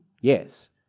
yes